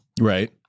Right